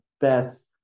best